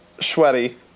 sweaty